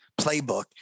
playbook